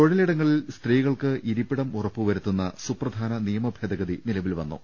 തൊഴിലിടങ്ങളിൽ സ്ത്രീകൾക്ക് ഇരിപ്പിടം ഉറപ്പു വരുത്തുന്ന സുപ്രധാന നിയമഭേദഗതി നിലവിൽവന്നു